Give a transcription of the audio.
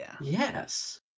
yes